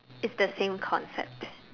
it's the same concept